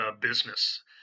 business